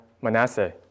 Manasseh